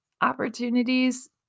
opportunities